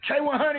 K100